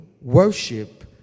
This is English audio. worship